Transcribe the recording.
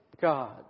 God